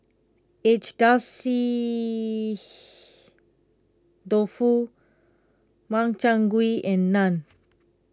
Agedashi Dofu Makchang Gui and Naan